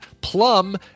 Plum